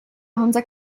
honza